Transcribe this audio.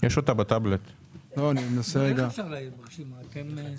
לא רואה אותם ברשימה.